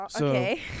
okay